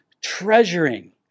treasuring